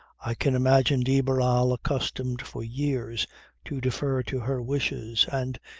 i can imagine de barral accustomed for years to defer to her wishes and,